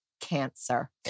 cancer